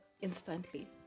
instantly